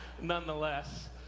nonetheless